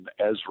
Ezra